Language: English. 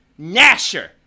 nasher